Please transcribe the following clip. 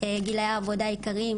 גלאי העבודה העיקריים,